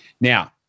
Now